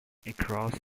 across